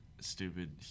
stupid